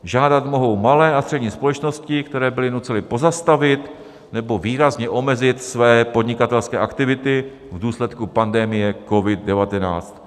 Žádat mohou malé a střední společnosti, které byly nuceny pozastavit nebo výrazně omezit své podnikatelské aktivity v důsledku pandemie COVID19.